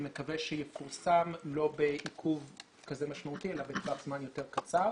אני מקווה שיפורסם לא בעיכוב כזה משמעותי אלא בטווח זמן יותר קצר.